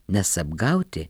nes apgauti